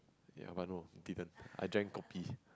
ya but no didn't I drank kopi